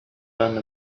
done